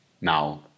Now